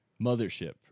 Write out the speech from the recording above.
mothership